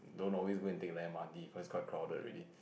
don't always go and take the M_R_T cause quite crowded already